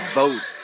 vote